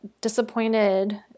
disappointed